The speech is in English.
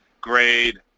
grade